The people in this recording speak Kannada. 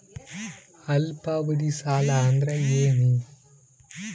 ಅಲ್ಪಾವಧಿ ಸಾಲ ಅಂದ್ರ ಏನು?